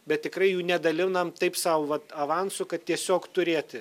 bet tikrai jų nedalinam taip sau vat avansu kad tiesiog turėti